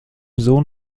sohn